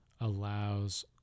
allows